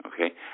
Okay